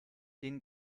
den